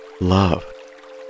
love